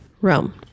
Rome